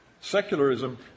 secularism